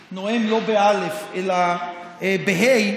לעברי, נוהם לא באל"ף אלא בה"א,